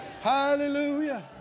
Hallelujah